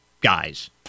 guys